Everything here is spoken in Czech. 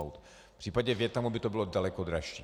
V případě Vietnamu by to bylo daleko dražší.